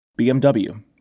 BMW